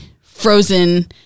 frozen